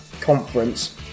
conference